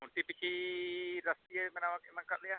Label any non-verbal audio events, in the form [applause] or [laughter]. ᱠᱷᱩᱱᱴᱤ ᱯᱤᱪᱷᱤ [unintelligible] ᱮᱢ ᱠᱟᱜ ᱞᱮᱭᱟ